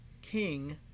King